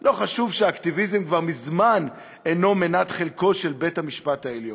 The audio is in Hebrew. לא חשוב שהאקטיביזם כבר מזמן אינו מנת חלקו של בית-המשפט העליון.